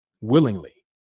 willingly